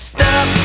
Stop